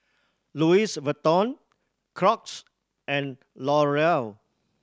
Louis Vuitton Crocs and Laurier